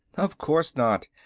of course not.